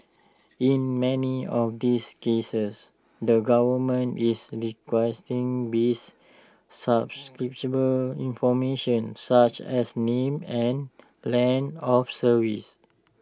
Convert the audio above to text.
in many of these cases the government is requesting basic subscriber information such as name and length of service